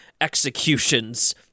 executions